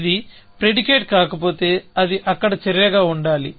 ఇది ప్రిడికేట్ కాకపోతే అది అక్కడ చర్యగా ఉండాలి